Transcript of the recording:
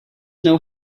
know